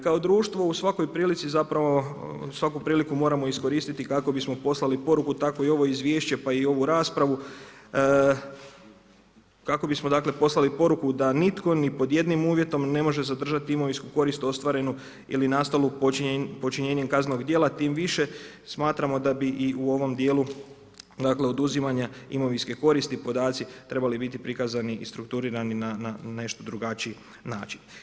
Kao društvo u svakoj prilici zapravo, svaku priču moramo iskoristiti kako bismo poslali poruku, tako i ovo izvješće pa i ovu raspravu, kako bismo dakle, poslali poruku, da nitko ni pod jedni uvjetom, ne može zadržati imovinsku korist ostvarenu ili nastalu počinjenju kaznenog dijela, tim više, smatramo da bi i u ovom dijelu dakle, oduzimanjem imovinske koristi, podaci trebali biti prikazani i strukturirani na nešto drugačiji način.